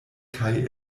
kaj